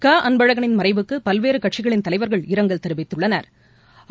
க அன்பழகனின் மறைவுக்குபல்வேறுகட்சிகளின் தலைவா்கள் இரங்கல் தெரிவித்துள்ளனா்